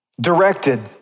directed